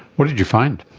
what did you find?